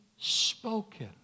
spoken